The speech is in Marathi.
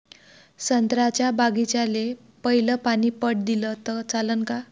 संत्र्याच्या बागीचाले पयलं पानी पट दिलं त चालन का?